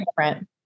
different